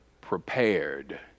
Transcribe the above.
prepared